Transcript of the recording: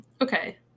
Okay